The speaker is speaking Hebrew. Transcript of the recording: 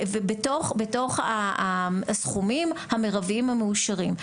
ומתוך הסכומים המרביים המאושרים,